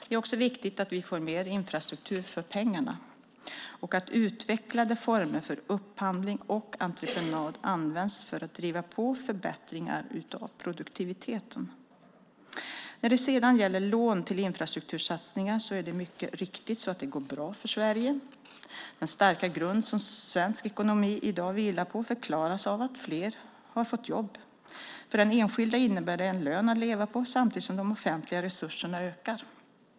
Det är också viktigt att vi får mer infrastruktur för pengarna och att utvecklade former för upphandling och entreprenad används för att driva på förbättringar av produktiviteten. När det sedan gäller lån till infrastruktursatsningar är det mycket riktigt så att det går bra för Sverige. Den starka grund som svensk ekonomi i dag vilar på förklaras av att fler har fått jobb. För den enskilda innebär det en lön att leva på samtidigt som de offentliga resurserna ökar.